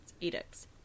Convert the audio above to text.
edicts